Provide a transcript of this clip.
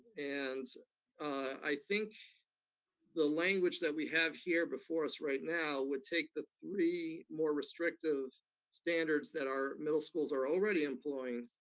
and i think the language that we have here before us right now, would take the three more restrictive standards that our middle schools are already employing,